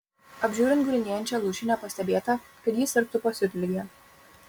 apžiūrint gulinėjančią lūšį nepastebėta kad ji sirgtų pasiutlige